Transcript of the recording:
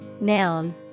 noun